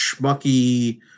schmucky